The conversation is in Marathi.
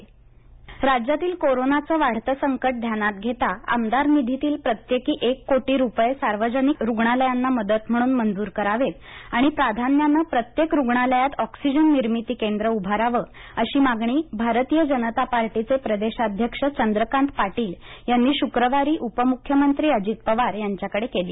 पाटील आमदार निधी राज्यातील कोरोनाचं वाढते संकट ध्यानात घेता आमदार निधीतील प्रत्येकी एक कोटी रुपये सार्वजनिक रुग्यालयांना मदत म्हणून मंजूर करावेत आणि प्राधान्यानं प्रत्येक रुग्णालयात ऑक्सिजन निर्मिती केंद्र उभारावं अशी मागणी भारतीय जनता पार्टीचे प्रदेशाध्यक्ष चंद्रकांत पाटील यांनी शुक्रवारी उपमुख्यमंत्री अजित पवार यांच्याकडे केली